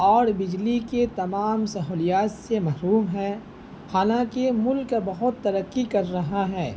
اور بجلی کے تمام سہولیات سے محروم ہیں حالاںکہ ملک بہت ترقی کر رہا ہے